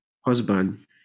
husband